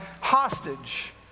hostage